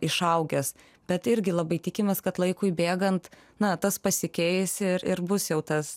išaugęs bet irgi labai tikimės kad laikui bėgant na tas pasikeis ir ir bus jau tas